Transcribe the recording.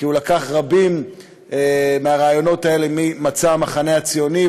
כי הוא לקח רבים מהרעיונות האלה ממצע המחנה הציוני,